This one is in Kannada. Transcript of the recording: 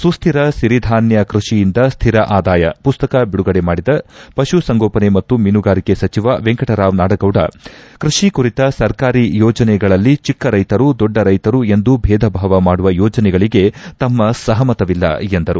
ಸುಖ್ಹಿರ ಸಿರಿಧಾನ್ಯ ಕೃಷಿಯಿಂದ ಸ್ವಿರ ಆಧಾಯ ಪುಸ್ತಕ ಬಿಡುಗಡೆ ಮಾಡಿದ ಪಶುಸಂಗೋಪನೆ ಮತ್ತು ಮೀನುಗಾರಿಕೆ ಸಚಿವ ವೆಂಕಟರಾವ್ ನಾಡಗೌಡ ಕೃಷಿ ಕುರಿತ ಸರ್ಕಾರಿ ಯೋಜನೆಗಳಲ್ಲಿ ಚಿಕ್ಕ ರೈತರು ದೊಡ್ಡ ರೈತರು ಎಂದು ಬೇಧ ಭಾವ ಮಾಡುವ ಯೋಜನೆಗಳಿಗೆ ತಮ್ಮ ಸಹಮತವಿಲ್ಲ ಎಂದರು